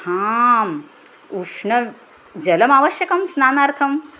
आम् उष्णजलमावश्यकं स्नानार्थम्